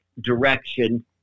direction